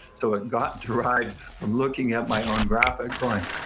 so it got derived from looking at my own graphic going,